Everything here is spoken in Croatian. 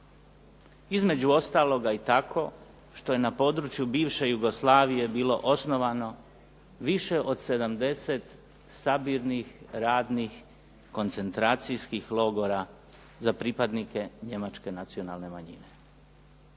između ostaloga i tako što je na području bivše Jugoslavije bilo osnovano više od 70 sabirnih radnih koncentracijskih logora za pripadnike njemačke nacionalne manjine.